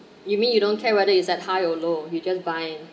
you mean you don't care whether it's at high or low you just buy